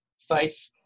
faith